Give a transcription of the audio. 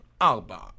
Alba